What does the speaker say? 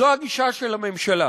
זו הגישה של הממשלה,